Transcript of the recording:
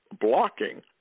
blocking